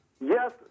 Yes